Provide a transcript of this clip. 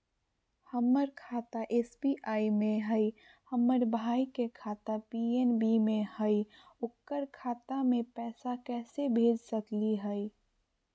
हमर खाता एस.बी.आई में हई, हमर भाई के खाता पी.एन.बी में हई, ओकर खाता में पैसा कैसे भेज सकली हई?